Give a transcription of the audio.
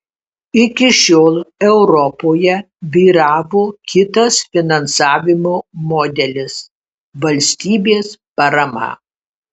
iki šiol europoje vyravo kitas finansavimo modelis valstybės parama